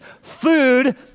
food